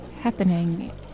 happening